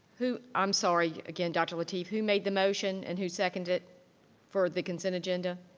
who, i'm sorry again, dr. lateef. who made the motion and who seconded for the consent agenda?